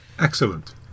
Excellent